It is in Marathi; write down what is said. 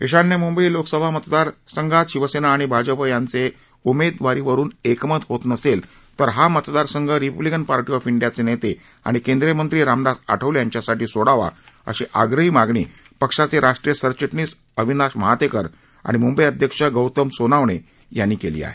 ईशान्य म्ंबई लोकसभा मतदारसंघात शिवसेना आणि भाजप यांचे उमेदवारावरून एकमत होत नसेल तर हा मतदारसंघ रिपब्लिकन पार्टी ऑफ इंडियाचे नेते आणि केंद्रीय मंत्री रामदास आठवले यांच्यासाठी सोडावा अशी आग्रही मागणी पक्षाचे राष्ट्रीय सरचिटणीस अविनाश महातेकर आणि मूंबई अध्यक्ष गौतम सोनवणे यांनी केली आहे